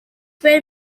were